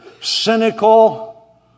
cynical